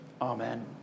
Amen